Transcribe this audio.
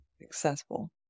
successful